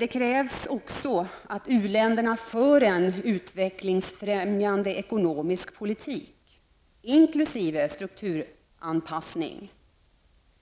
Det krävs också att u-länderna för en utvecklingsfrämjande ekonomisk politik, inkluderande strukturanpassning.